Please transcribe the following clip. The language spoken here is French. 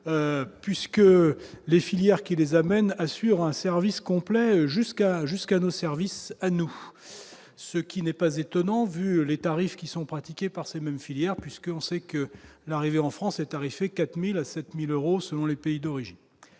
puisque les filières qui les amène, assure un service complet jusqu'à, jusqu'à nos services à nous, ce qui n'est pas étonnant vu les tarifs qui sont pratiqués par ces mêmes filières puisque on sait que l'arrivée en France est tarifé 4000 à 7000 euros selon les pays d'origine,